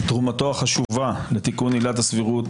על תרומתו החשובה לתיקון עילת הסבירות,